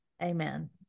Amen